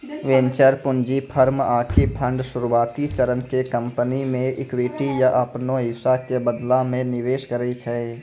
venture पूंजी firm आकि fund शुरुआती चरण के कंपनी मे इक्विटी या अपनो हिस्सा के बदला मे निवेश करै छै